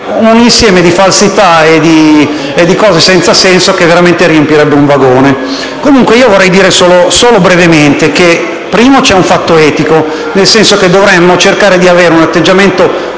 un insieme di falsità e di cose senza senso che veramente riempirebbero un vagone. Comunque vorrei dire brevemente che vi è in primo luogo, un fatto etico, nel senso che dovremmo cercare di avere un atteggiamento